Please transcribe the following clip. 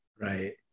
Right